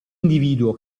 individuo